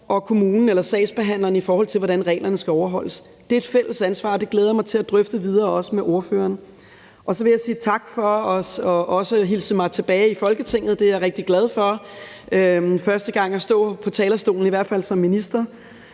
og kommunen eller sagsbehandlerne, i forhold til hvordan reglerne skal overholdes. Det er et fælles ansvar, og det glæder jeg mig til at drøfte videre også med ordføreren. Så vil jeg sige tak for også at hilse mig tilbage i Folketinget – det er jeg rigtig glad for – første gang jeg står på talerstolen som minister.